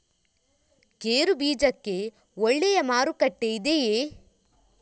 ಗೇರು ಬೀಜಕ್ಕೆ ಒಳ್ಳೆಯ ಮಾರುಕಟ್ಟೆ ಇದೆಯೇ?